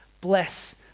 bless